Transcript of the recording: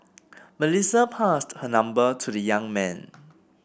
Melissa passed her number to the young man